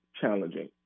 challenging